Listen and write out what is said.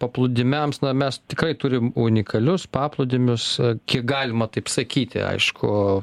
paplūdimiams na mes tikrai turim unikalius paplūdimius kiek galima taip sakyti aišku